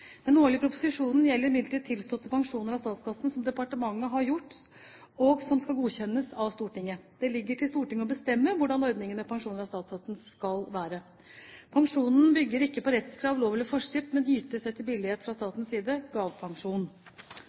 Den årlige proposisjonen gjelder midlertidig tilståtte pensjoner av statskassen som departementet har gjort, og som skal godkjennes av Stortinget. Det ligger til Stortinget å bestemme hvordan ordningen med pensjoner av statskassen skal være. Pensjonen bygger ikke på rettskrav, lov eller forskrift, men ytes etter billighet fra statens side,